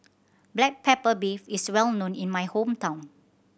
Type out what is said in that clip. black pepper beef is well known in my hometown